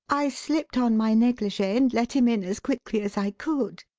i slipped on my negligee and let him in as quickly as i could.